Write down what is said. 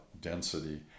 density